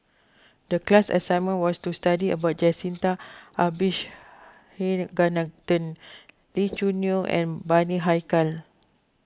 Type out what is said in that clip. the class assignment was to study about Jacintha Abisheganaden Lee Choo Neo and Bani Haykal